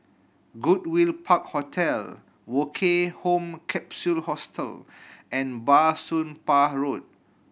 Goodwood Park Hotel Woke Home Capsule Hostel and Bah Soon Pah Road